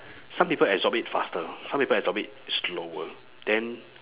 some people absorb it faster some people absorb it slower then